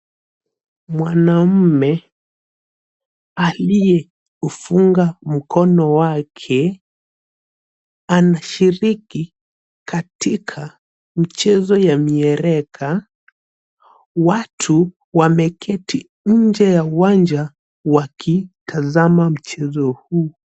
Mwanamume aliye ufunga mkono wake anashiriki katika mchezo ya miereka watu wameketi nje ya uwanja wakitazama mchezo huu.